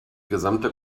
gesamte